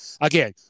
again